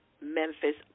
Memphis